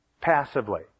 passively